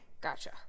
Gotcha